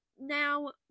now